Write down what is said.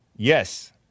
yes